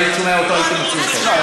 אם הייתי שומע אותו, הייתי מוציא אותו.